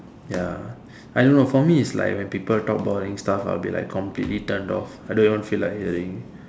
ya I don't know for me it's like when people talk boring stuff I will be like completely turned off I don't even feel like hearing